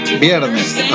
viernes